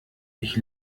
ich